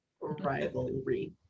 rivalry